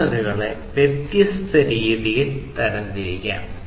സെൻസറുകളെ വ്യത്യസ്ത രീതികളിൽ തരംതിരിക്കാം